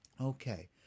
Okay